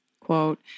quote